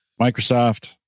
Microsoft